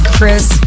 Chris